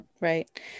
Right